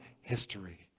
history